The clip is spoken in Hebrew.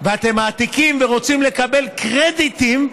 ואתם מעתיקים ורוצים לקבל קרדיטים,